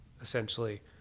Essentially